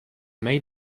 may